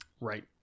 right